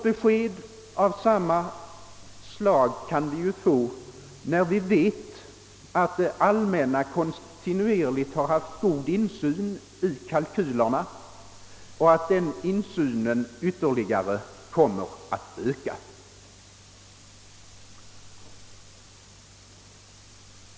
Besked av samma slag kan vi få av kalkylerna, eftersom det allmänna kontinuerligt haft god insyn i dessa. Denna insyn kommer ytterligare att öka.